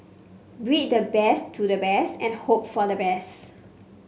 breed the best to the best and hope for the best